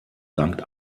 sankt